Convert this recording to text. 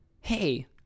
hey